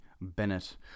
Bennett